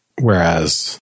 whereas